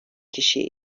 kişiye